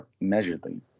measuredly